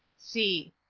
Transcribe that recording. c.